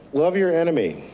love your enemy.